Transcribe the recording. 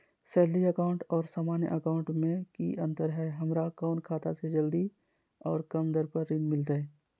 Salary account और सामान्य account मे की अंतर है हमरा कौन खाता से जल्दी और कम दर पर ऋण मिलतय?